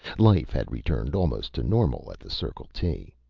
life had returned almost to normal at the circle t.